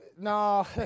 no